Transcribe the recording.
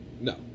No